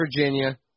Virginia